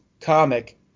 comic